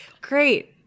Great